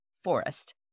forest